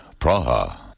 Praha